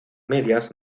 medias